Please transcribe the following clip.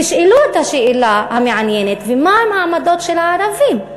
תשאלו את השאלה המעניינת: ומה עם העמדות של הערבים,